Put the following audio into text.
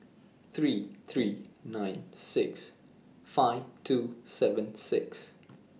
three three nine six five two seven six